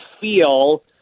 feel